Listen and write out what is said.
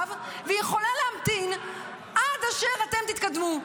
עכשיו והיא יכולה להמתין עד אשר אתם תתקדמו,